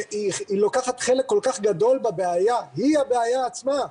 לוקחת חלק כל כך גדול בבעיה אבל היא הבעיה עצמה.